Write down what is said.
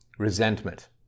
resentment